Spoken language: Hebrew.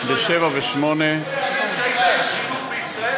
זה פשוט לא ייאמן.